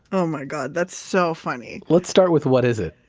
oh my god. that's so funny let's start with, what is it?